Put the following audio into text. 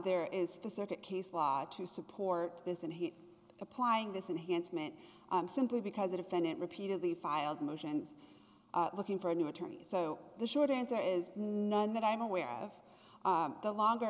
there is a circuit case law to support this and he's applying this enhanced meant simply because the defendant repeatedly filed motions looking for a new attorney so the short answer is none that i'm aware of the longer